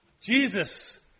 Jesus